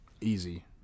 Easy